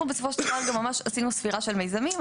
אנחנו בסופו של דבר גם ממש עשינו ספירה של מיזמים.